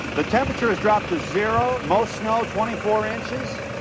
but temperature has dropped to zero most snow twenty four inches.